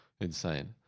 insane